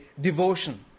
devotion